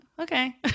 Okay